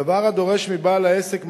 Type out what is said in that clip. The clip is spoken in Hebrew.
דבר הדורש מבעל העסק משאבים.